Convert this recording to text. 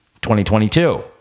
2022